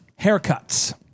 haircuts